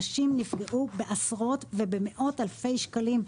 אנשים נפגעו בעשרות ובמאות אלפי שקלים.